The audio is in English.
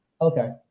Okay